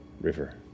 river